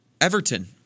Everton